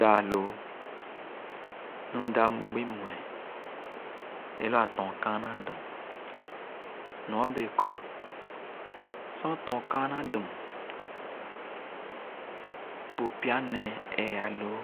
Nu mba gbi mue bu mda loo, nu mda gbi mue é loo aton kāānā dum nor bēē kor sor ō ton kāāni dum, bu pya-nēē ēē-aloo.